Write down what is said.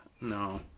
no